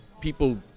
people